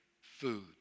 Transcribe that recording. food